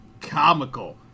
comical